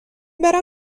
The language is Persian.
برم